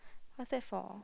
what's that for